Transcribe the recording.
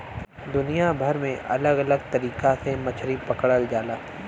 दुनिया भर में अलग अलग तरीका से मछरी पकड़ल जाला